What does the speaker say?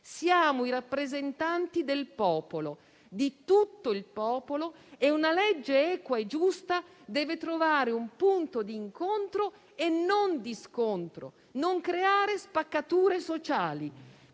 Siamo i rappresentanti del popolo, di tutto il popolo, e una legge equa e giusta deve trovare un punto di incontro e non di scontro, non creare spaccature sociali.